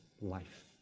life